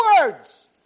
words